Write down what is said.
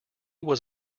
was